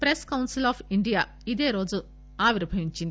press council of India ఇదేరోజు ఆవిర్బవించింది